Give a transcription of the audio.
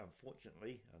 unfortunately